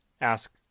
ask